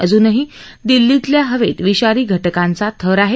अजूनही दिल्लीतल्या हवेत विषारी घाकांचा थर आहे